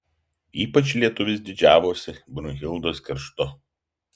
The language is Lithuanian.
ypač lietuvis didžiavosi brunhildos kerštu